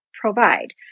provide